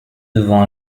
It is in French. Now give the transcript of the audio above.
devant